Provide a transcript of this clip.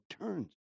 turns